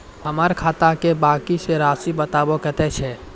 हमर खाता के बाँकी के रासि बताबो कतेय छै?